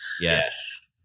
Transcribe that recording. Yes